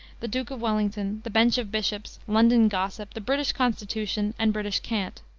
the duke of wellington, the bench of bishops, london gossip, the british constitution, and british cant.